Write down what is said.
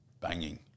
banging